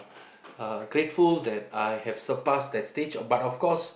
uh grateful that I have surpassed that stage but of course